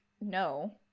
no